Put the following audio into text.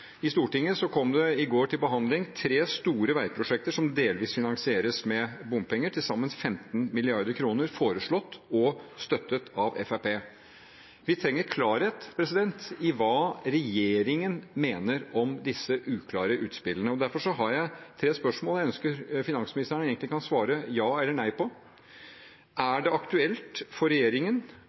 delvis finansieres med bompenger, på til sammen 15 mrd. kr – foreslått og støttet av Fremskrittspartiet. Vi trenger klarhet i hva regjeringen mener om disse uklare utspillene. Derfor har jeg tre spørsmål, som jeg egentlig ønsker at finansministeren svarer ja eller nei på: Er det aktuelt for regjeringen